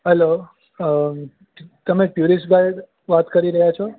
hello તમે tourist guide વાત કરી રહ્યા છો